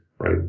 right